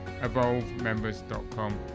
evolvemembers.com